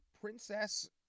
Princess